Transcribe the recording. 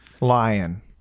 Lion